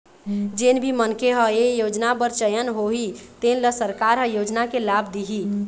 जेन भी मनखे ह ए योजना बर चयन होही तेन ल सरकार ह योजना के लाभ दिहि